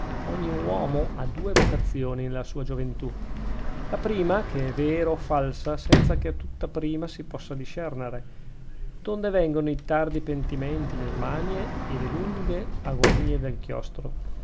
ogni uomo ha due vocazioni nella sua gioventù la prima che è vera o falsa senza che a tutta prima si possa discernere donde vengono i tardi pentimenti le smanie e le lunghe agonie del chiostro